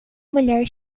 mulher